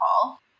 call